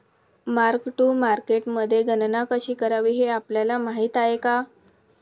Mark to मार्केटमध्ये गणना कशी करावी हे आपल्याला माहित आहे का?